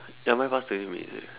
ya mine passed to him already